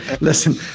Listen